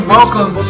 Welcome